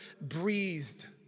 breathed